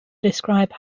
describe